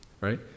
Right